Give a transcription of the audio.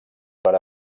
per